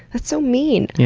that's so mean.